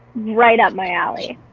right up my alley.